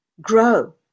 Grow